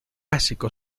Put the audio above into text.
clásico